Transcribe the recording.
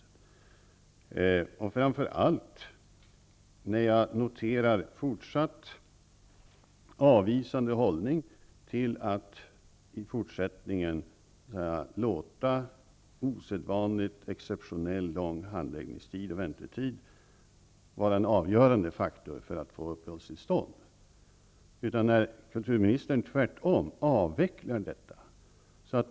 Det här gäller framför allt när jag noterar en fortsatt avvisande hållning till att i fortsättningen låta exceptionellt långa handläggnings och väntetider vara en avgörande faktor för att få uppehållstillstånd. Tvärtom avvecklar kulturministern dessa riktlinjer.